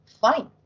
fine